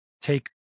take